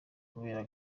kubera